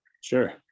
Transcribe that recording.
sure